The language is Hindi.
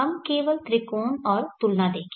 हम केवल त्रिकोण और तुलना देखें